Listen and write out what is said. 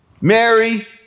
Mary